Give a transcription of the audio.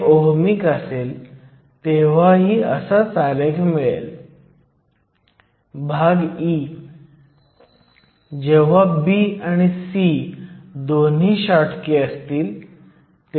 तर फॉर्म्युला वापरण्याऐवजी तुम्ही फक्त इनर्जी बँड आकृती बघून बिल्ट इन पोटेन्शियलची गणना करू शकता